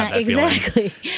exactly.